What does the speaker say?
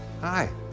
hi